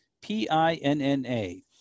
P-I-N-N-A